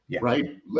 right